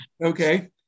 Okay